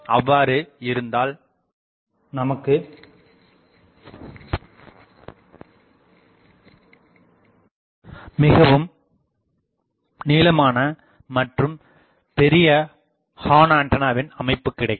அவ்வாறு இருந்தால் நமக்கு மிகவும் நீளமான மற்றும் பெரிய ஹார்ன்ஆண்டனாவின் அமைப்பு கிடைக்கும்